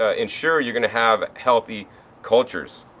ah ensure you're going to have healthy cultures.